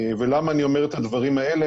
למה אני אומר את הדברים האלה?